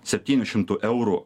septynių šimtų eurų